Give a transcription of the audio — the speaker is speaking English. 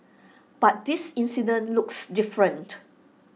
but this incident looks different